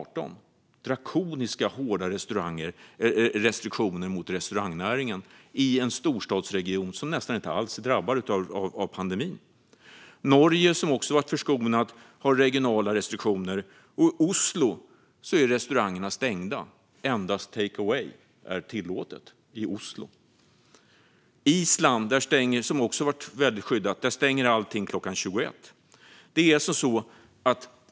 Det är drakoniskt hårda restriktioner mot restaurangnäringen i en storstadsregion som nästan inte alls är drabbad av pandemin. Norge, som också varit förskonat, har regionala restriktioner. I Oslo är restaurangerna stängda, och endast takeaway är tillåtet. På Island, som också varit väldigt skyddat, stänger allt klockan 21.